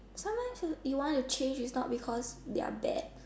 sometimes you want to change is not because they're bad